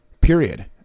period